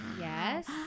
Yes